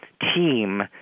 team